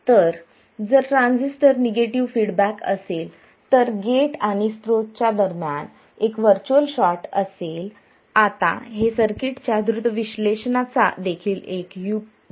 तर जर transistor negative feedback असेल तर गेट आणि स्त्रोत दरम्यान एक व्हर्च्युअल शॉर्ट असेल आता हे सर्किटच्या द्रुत विश्लेषणाचा देखील एक उपयुक्त मार्ग आहे